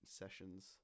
sessions